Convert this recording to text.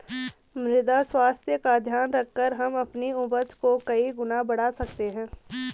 मृदा स्वास्थ्य का ध्यान रखकर हम अपनी उपज को कई गुना बढ़ा सकते हैं